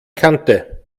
kante